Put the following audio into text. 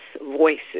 voices